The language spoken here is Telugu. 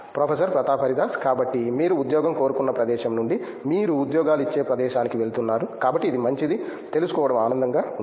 ప్రొఫెసర్ ప్రతాప్ హరిదాస్ కాబట్టి మీరు ఉద్యోగం కోరుకున్న ప్రదేశం నుండి మీరు ఉద్యోగాలు ఇచ్చే ప్రదేశానికి వెళుతున్నారు కాబట్టి ఇది మంచిది తెలుసుకోవడం ఆనందంగా ఉంది